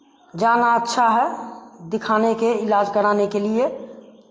जाना अच्छा है दिखाने के इलाज कराने के लिए